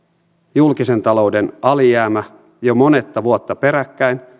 julkisen talouden alijäämä jo monetta vuotta peräkkäin